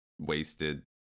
wasted